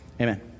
amen